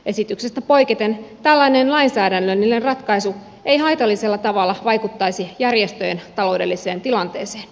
esityksestä poiketen tällainen lainsäädännöllinen ratkaisu ei haitallisella tavalla vaikuttaisi järjestöjen taloudelliseen tilanteeseen